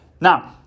Now